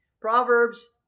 proverbs